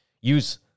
use